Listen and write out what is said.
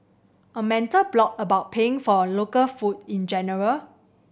a mental block about paying for local food in general